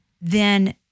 then-